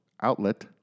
outlet